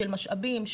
של משאבים,